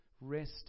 Rest